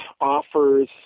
offers